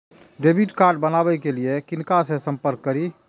Debit card बनावे के लिए किनका से संपर्क करी?